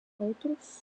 outros